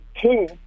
two